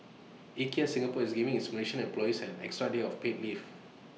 Ikea Singapore is giving its Malaysian employees an extra day of paid leave